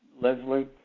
Leslie